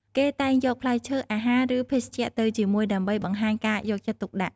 គេតែងយកផ្លែឈើ អាហារ ឬភេសជ្ជៈទៅជាមួយ ដើម្បីបង្ហាញការយកចិត្តទុកដាក់។